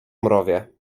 mrowie